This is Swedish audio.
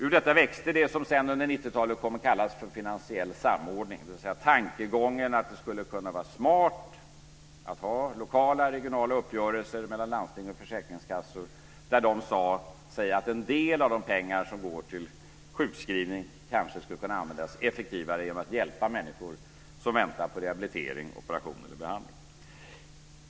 Ur detta växte det som sedan under 90-talet kom att kallas finansiell samordning, dvs. tankegången att det skulle kunna vara smart att ha lokala och regionala uppgörelser mellan landsting och försäkringskassor där man sade att en del av de pengar som går till sjukskrivning kanske skulle kunna användas effektivare genom att hjälpa människor som väntar på rehabilitering, operation eller behandling.